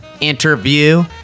interview